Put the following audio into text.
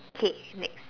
K next